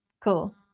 Cool